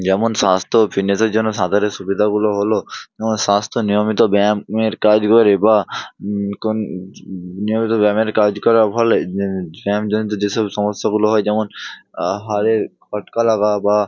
যেমন স্বাস্থ্য ও ফিটনেসের জন্য সাঁতারের সুবিধাগুলো হলো যেমন স্বাস্থ্য নিয়মিত ব্যায়াম এর কাজ করে বা কোন নিয়মিত ব্যায়ামের কাজ করার ফলে ব্যায়ামজনিত যেসব সমস্যাগুলো হয় যেমন হাড়ের খটকা লাগা বা